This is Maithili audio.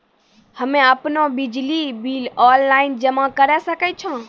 हम्मे आपनौ बिजली बिल ऑनलाइन जमा करै सकै छौ?